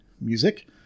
music